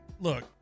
look